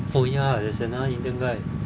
oh ya there's another indian man